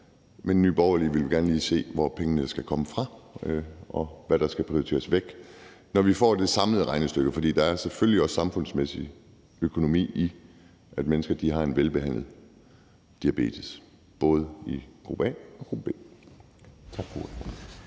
men i Nye Borgerlige vil vi gerne lige se, hvor pengene skal komme fra, og hvad der skal prioriteres væk, når vi får det samlede regnestykke. For der er selvfølgelig også samfundsmæssig økonomi i, at mennesker har velbehandlet diabetes, både i gruppe A og gruppe B. Tak for ordet.